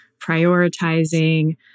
prioritizing